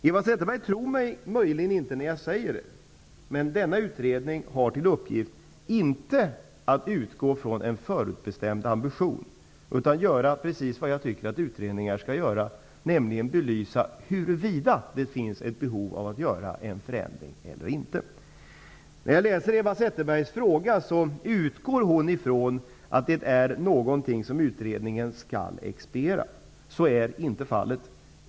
Eva Zetterberg tror mig möjligen inte när jag säger att denna utredning har till uppgift, inte att utgå från en förutbestämd ambition, utan att göra precis det jag tycker utredningar skall göra, nämligen belysa huruvida det finns ett behov av att göra en förändring eller inte. I sin fråga utgår Eva Zetterberg från att det är någonting som utredningen skall expediera. Så är inte fallet.